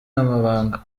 amabanga